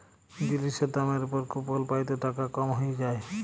জিলিসের দামের উপর কুপল পাই ত টাকা কম হ্যঁয়ে যায়